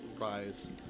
rise